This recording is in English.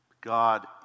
God